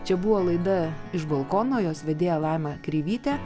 čia buvo laida iš balkono jos vedėja laima kreivytė